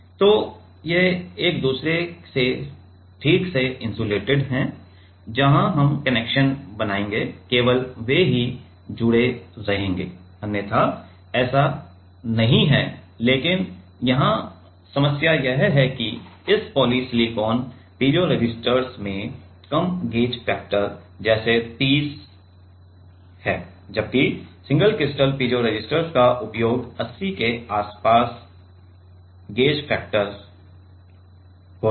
तो ये एक दूसरे से ठीक से इंसुलेटेड हैं जहां हम कनेक्शन बनाएंगे केवल वे ही जुड़े रहेंगे अन्यथा ऐसा नहीं है लेकिन यहां समस्या यह है कि इस पॉली सिलिकॉन पीजो रेसिस्टर्स में कम गेज फैक्टर जैसे 30 जबकि सिंगल क्रिस्टल पीजो रेसिस्टर्स का उपयोग 80 के आसपास गेज फैक्टर होता है